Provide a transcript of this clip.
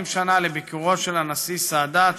שנה לביקורו ההיסטורי של הנשיא סאדאת,